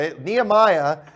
Nehemiah